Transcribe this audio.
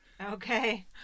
Okay